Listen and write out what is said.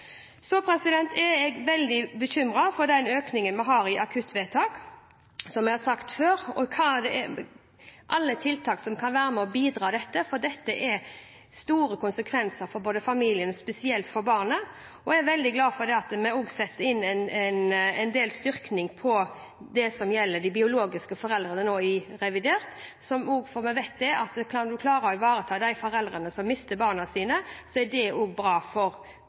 er jeg veldig bekymret for den økningen vi har i akuttvedtak. Som jeg har sagt før, trenger vi alle tiltak som kan være med og bidra, for dette har store konsekvenser for familiene og spesielt for barnet. Jeg er veldig glad for at vi nå i revidert også styrker det som gjelder de biologiske foreldrene. Vi vet at kan man klare å ivareta de foreldrene som mister barna sine, er det også bra for